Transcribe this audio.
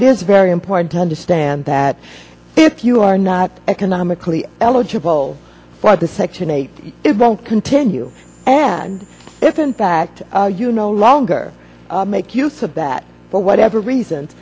it is very important to understand that if you are not economically eligible for the section eight it will continue and if in fact you no longer make use of that for whatever reason